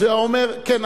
אז הוא היה אומר: כן,